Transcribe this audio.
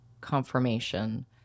confirmation